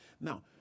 Now